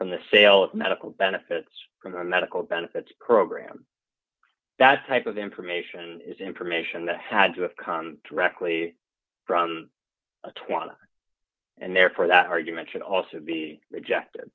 from the sale of medical benefits from the medical benefits program that type of information is information that had to have come directly from a twana and therefore that argument should also be rejected